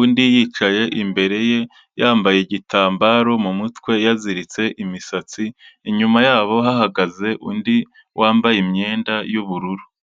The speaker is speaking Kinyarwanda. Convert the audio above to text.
undi yicaye imbere ye, yambaye igitambaro mu mutwe yaziritse imisatsi, inyuma yabo hahagaze undi wambaye imyenda y'ubururu.